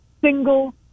single